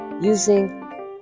using